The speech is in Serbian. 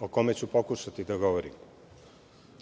o kome ću pokušati da govorim. Srbijom